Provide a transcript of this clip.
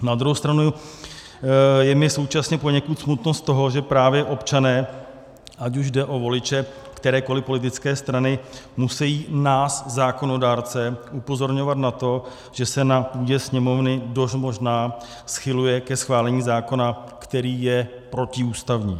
Na druhou stranu je mi poněkud smutno z toho, že právě občané, ať už jde o voliče kterékoliv politické strany, musejí nás zákonodárce upozorňovat na to, že se na půdě Sněmovny dost možná schyluje ke schválení zákona, který je protiústavní.